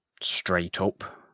straight-up